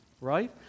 right